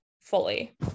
fully